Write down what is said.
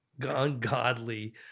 ungodly